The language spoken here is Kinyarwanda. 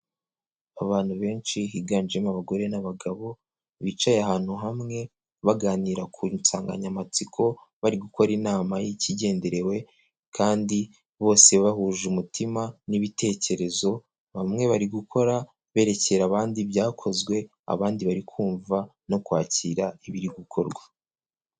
Abantu benshi higanjemo abagore n'abagabo, bicaye ahantu hamwe baganira ku nsanganyamatsiko, bari gukora inama y'ikigenderewe kandi bose bahuje umutima n'ibitekerezo, bamwe bari gukora berekera abandi ibyakozwe, abandi bari kumva no kwakira ibiri gukorwa.